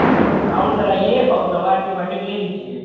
ultrasound कराइये और दवा एंटीबायोटिक ले लीजिये